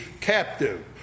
captive